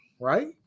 right